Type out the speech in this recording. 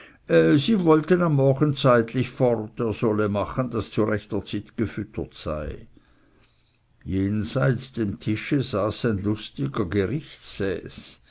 sie wollten am morgen zeitlich fort er solle machen daß zu rechter zeit gefüttert sei jenseits dem tische saß ein lustiger